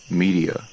media